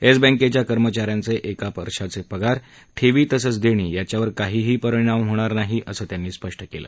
yes बँकेच्या कर्मचाऱ्यांचे एका वर्षाचे पगार ठेवी तसंच देणी यांच्यावर काहीही परिणाम होणार नाही असं त्यांनी स्पष्ट केलं